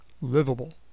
livable